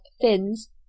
fins